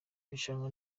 rushanwa